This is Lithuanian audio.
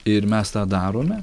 ir mes tą darome